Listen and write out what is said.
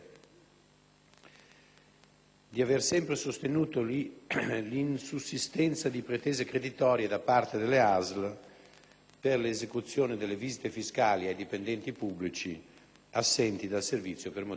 di aver sempre sostenuto l'insussistenza di pretese creditorie da parte delle ASL per l'esecuzione delle visite fiscali ai dipendenti pubblici assenti dal servizio per motivi di salute.